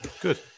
Good